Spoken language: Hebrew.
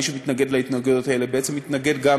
מי שמתנגד בהתנגדויות האלה בעצם מתנגד גם